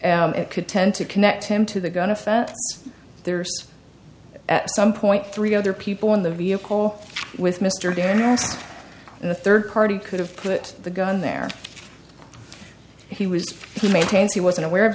could tend to connect him to the gun offense there's at some point three other people in the vehicle with mr van asten and the third party could have put the gun there he was he maintains he wasn't aware of